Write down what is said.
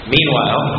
Meanwhile